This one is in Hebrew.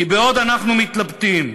כי בעוד אנחנו מתלבטים,